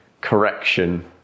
correction